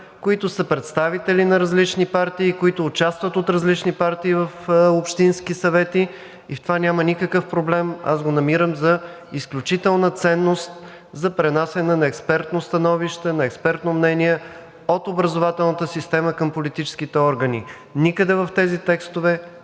които са представители на различни партии и които участват от различни партии в общински съвети – в това няма никакъв проблем. Намирам го за изключителна ценност – за пренасяне на експертно становище, на експертно мнение от образователната система към политическите органи. Никъде в тези текстове